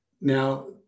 now